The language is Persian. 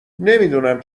نمیدونم